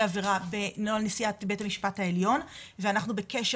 עבירה בנוהל נשיאת בית המשפט העליון ואנחנו בקשר